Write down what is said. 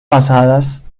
pasadas